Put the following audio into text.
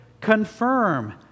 confirm